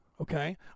Okay